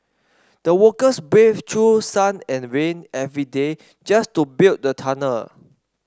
the workers braved through sun and rain every day just to build the tunnel